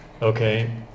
Okay